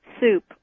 soup